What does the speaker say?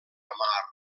armada